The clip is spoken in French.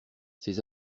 ces